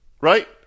Right